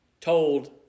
told